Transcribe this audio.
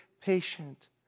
patient